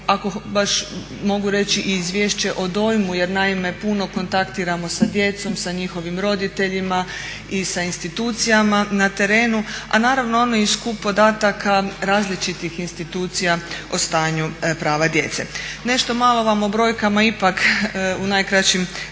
ako baš mogu reći i izvješće o dojmu jer naime puno kontaktiramo sa djecom, sa njihovim roditeljima i sa institucijama na terenu. A naravno ono je i skup podataka različitih institucija o stanju prava djece. Nešto malo vam o brojkama ipak u najkraćim